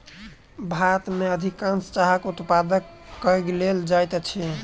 भारत में अधिकाँश चाहक उत्पाद उपयोग कय लेल जाइत अछि